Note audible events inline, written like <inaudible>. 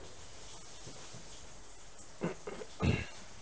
<coughs>